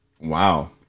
Wow